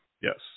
Yes